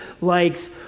likes